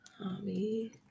Hobby